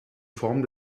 form